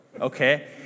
okay